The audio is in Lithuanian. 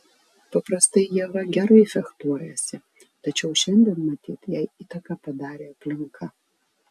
paprastai ieva gerai fechtuojasi tačiau šiandien matyt jai įtaką padarė aplinka